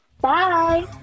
Bye